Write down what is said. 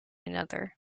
another